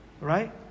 Right